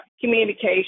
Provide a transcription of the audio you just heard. communication